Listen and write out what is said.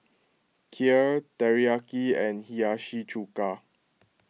Kheer Teriyaki and Hiyashi Chuka